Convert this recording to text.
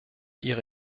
ihre